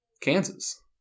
Kansas